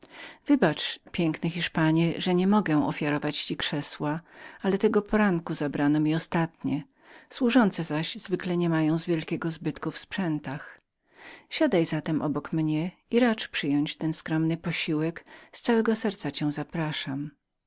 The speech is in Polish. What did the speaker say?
wybacz piękny hiszpanie że nie mogę ofiarować ci krzesła ale tego poranku zabrano mi ostatnie służące zaś zwykle nie mają wielkiego zbytku w sprzętach siadaj zatem obok mnie i racz przyjąć to małe śniadanie które z całego serca ci